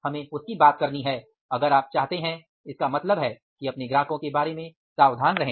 हमें उसकी बात करनी है अगर आप चाहते हैं इसका मतलब है कि अपने ग्राहकों के बारे में सावधान रहें